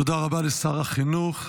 תודה רבה לשר החינוך.